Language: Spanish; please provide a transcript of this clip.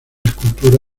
escultura